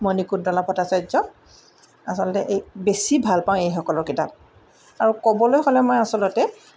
মণিকুন্তলা ভট্টাচাৰ্য্য় আচলতে এই বেছি ভাল পাওঁ এইসকলৰ কিতাপ আৰু ক'বলৈ হ'লে মই আচলতে